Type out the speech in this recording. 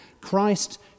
Christ